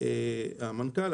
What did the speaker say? פרידמן המנכ"ל,